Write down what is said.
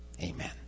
Amen